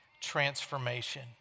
transformation